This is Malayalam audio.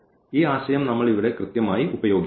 ഈ ആശയം നമ്മൾ ഇവിടെ കൃത്യമായി ഉപയോഗിക്കുന്നു